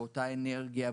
באותה אנרגיה,